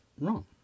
wrong